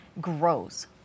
grows